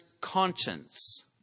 conscience